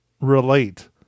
relate